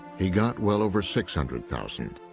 he got well over six hundred thousand.